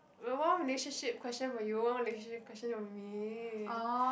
one relationship question for you one relationship question for me